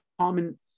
common